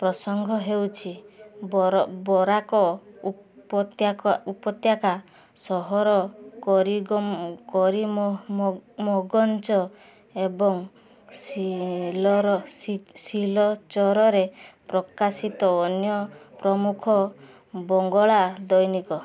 ପ୍ରସଙ୍ଗ ହେଉଛି ବରାକ ଉପତ୍ୟାକ ଉପତ୍ୟାକା ସହର କରିଗମ କରିମ କରିମଗଞ୍ଜ ଏବଂ ସିଲର ସିଲଚରରେ ପ୍ରକାଶିତ ଅନ୍ୟ ପ୍ରମୁଖ ବଙ୍ଗଳା ଦୈନିକ